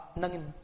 nangin